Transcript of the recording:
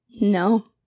No